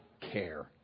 care